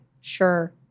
Sure